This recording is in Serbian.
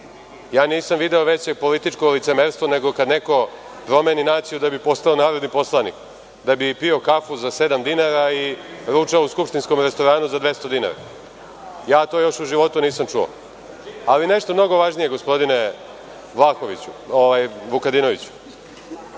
video veće političko licemerstvo nego kada neko promeni naciju da bi postao narodni poslanik, da bi pio kafu za sedam dinara i ručao u skupštinskom restoranu za 200 dinara, to u životu još nisam čuo. Ali, nešto mnogo važnije, gospodine Vlahoviću, ovaj, Vukadinoviću.